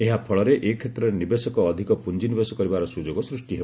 ଏହାଫଳରେ ଏ କ୍ଷେତ୍ରରେ ନିବେଶକ ଅଧିକ ପୁଞ୍ଜିନିବେଶ କରିବାର ସୁଯୋଗ ସୂଷ୍ଟି ହେବ